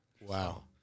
Wow